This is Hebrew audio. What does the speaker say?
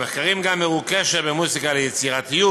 המחקרים גם הראו קשר בין מוזיקה ליצירתיות,